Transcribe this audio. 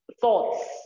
thoughts